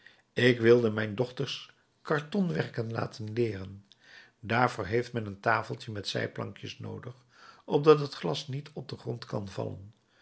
ik wilde mijn dochters kartonwerken laten leeren daarvoor heeft men een tafel met zijplankjes noodig opdat het glas niet op den grond kan vallen